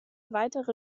weitere